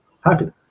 Happy